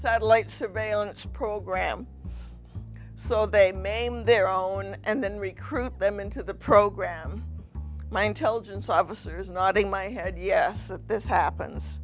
satellite surveillance program so they maim their own and then recruit them into the program my intelligence officers nodding my head yes this happens